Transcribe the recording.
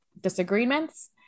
disagreements